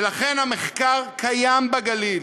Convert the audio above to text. ולכן, המחקר קיים בגליל.